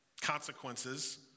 consequences